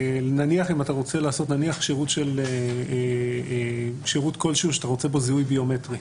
נניח אם אתה רוצה לעשות שירות כלשהו שאתה רוצה בו זיהוי ביומטרי,